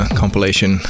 compilation